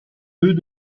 deux